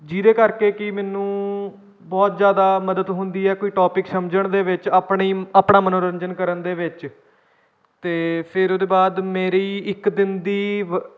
ਜਿਹਦੇ ਕਰਕੇ ਕਿ ਮੈਨੂੰ ਬਹੁਤ ਜ਼ਿਆਦਾ ਮਦਦ ਹੁੰਦੀ ਹੈ ਕੋਈ ਟੋਪਿਕ ਸਮਝਣ ਦੇ ਵਿੱਚ ਆਪਣੀ ਆਪਣਾ ਮਨੋਰੰਜਨ ਕਰਨ ਦੇ ਵਿੱਚ ਅਤੇ ਫਿਰ ਉਹਦੇ ਬਾਅਦ ਮੇਰੀ ਇੱਕ ਦਿਨ ਦੀ